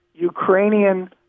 Ukrainian